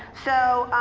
so,